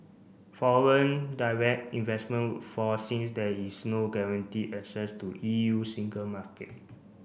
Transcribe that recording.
foreign direct investment would fall since there is no guaranteed access to E U single market